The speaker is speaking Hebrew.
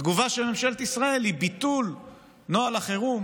התגובה של ממשלת ישראל היא ביטול נוהל החירום